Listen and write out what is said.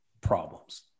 problems